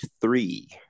three